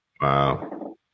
Wow